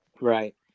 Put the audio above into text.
Right